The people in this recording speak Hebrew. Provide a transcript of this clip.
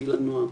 בגיל הנוער.